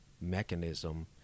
mechanism